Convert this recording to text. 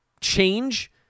change